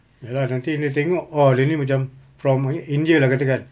ya lah nanti dia tengok oh dia ini macam from India lah katakan